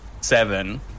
seven